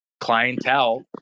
clientele